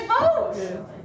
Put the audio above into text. vote